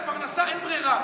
יש פרנסה ואין ברירה,